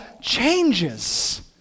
changes